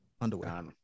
Underwear